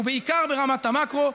ובעיקר ברמת המקרו,